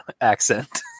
accent